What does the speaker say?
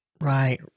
Right